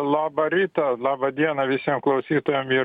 labą rytą laba diena visiem klausytojams ir